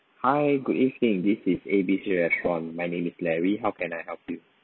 hi good evening this is A B C restaurant my name is larry how can I help you